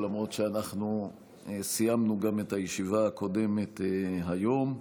למרות שאנחנו גם סיימנו את הישיבה הקודמת היום.